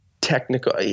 technical